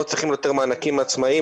לא צריכים יותר מענקים לעצמאיים,